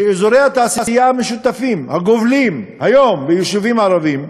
שאזורי התעשייה המשותפים הגובלים היום ביישובים ערביים,